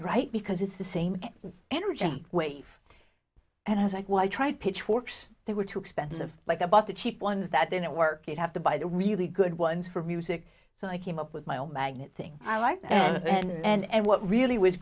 right because it's the same energy wave and i was like well i tried pitchforks they were too expensive like i bought the cheap ones that didn't work you'd have to buy the really good ones for music so i came up with my own magnet thing i like and what really was